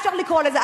אפשר לקרוא לזה?